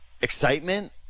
excitement